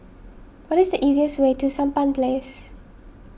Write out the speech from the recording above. what is the easiest way to Sampan Place